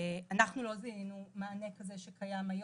אנחנו לא זיהינו מענה כזה שקיים היום,